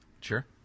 Sure